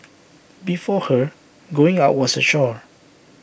before her going out was A chore